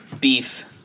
beef